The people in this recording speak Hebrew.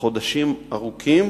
חודשים ארוכים,